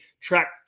track